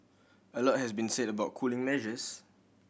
a lot has been said about cooling measures